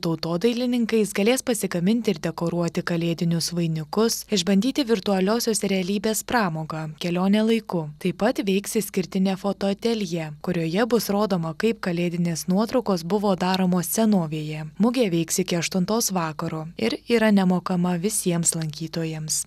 tautodailininkais galės pasigaminti ir dekoruoti kalėdinius vainikus išbandyti virtualiosios realybės pramogą kelionę laiku taip pat veiks išskirtinė fotoateljė kurioje bus rodoma kaip kalėdinės nuotraukos buvo daromos senovėje mugė veiks iki aštuntos vakaro ir yra nemokama visiems lankytojams